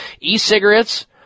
e-cigarettes